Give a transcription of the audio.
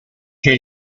che